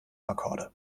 akkorde